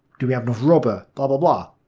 do we have enough rubber, bah blah blah.